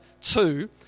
two